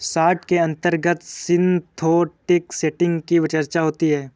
short के अंतर्गत synthetic setting की चर्चा होती है